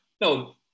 No